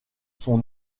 sont